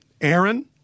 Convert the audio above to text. Aaron